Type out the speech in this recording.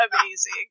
amazing